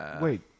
wait